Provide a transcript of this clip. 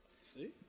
See